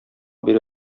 бирә